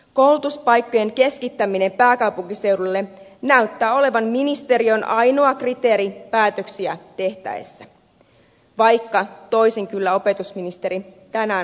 koulutuspaikkojen keskittäminen pääkaupunkiseudulle näyttää olevan ministeriön ainoa kriteeri päätöksiä tehtäessä vaikka toisin kyllä opetusministeri tänään on väittänyt